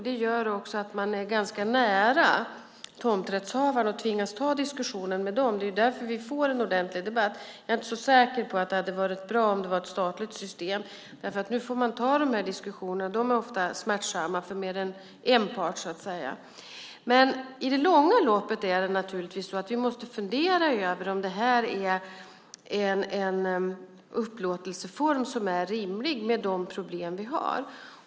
Det gör att man är ganska nära tomträttshavarna och tvingas att ta diskussionen med dem. Det är därför vi får en ordentlig debatt. Jag är inte så säker på att det hade varit bra om det var ett statligt system. Nu får man ta de här diskussionerna. De är ofta smärtsamma för mer än en part. I det långa loppet måste vi naturligtvis fundera över om det här är en upplåtelseform som är rimlig med de problem vi har.